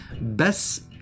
best